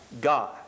God